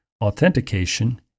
authentication